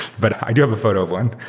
but i do have a photo of one.